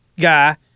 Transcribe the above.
guy